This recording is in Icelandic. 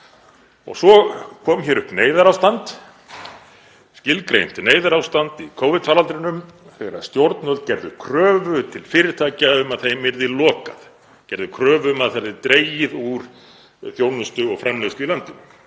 Svo kom hér upp neyðarástand, skilgreint neyðarástand í Covid-faraldrinum þegar stjórnvöld gerðu kröfu til fyrirtækja um að þeim yrði lokað, gerðu kröfu um að dregið yrði úr þjónustu og framleiðslu í landinu.